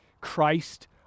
Christ